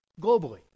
globally